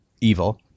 evil